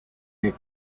make